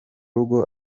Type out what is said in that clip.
rugo